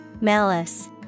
Malice